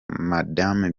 madame